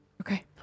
Okay